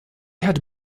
had